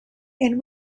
and